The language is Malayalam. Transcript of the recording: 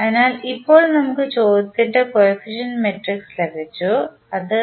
അതിനാൽ ഇപ്പോൾ നമുക്ക് ചോദ്യത്തിന് കോഫിഷ്യന്റ് മെട്രിക്സ് ലഭിച്ചു അത്